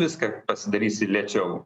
viską pasidarysi lėčiau